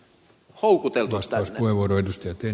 arvoisa puhemies